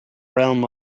realm